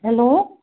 hello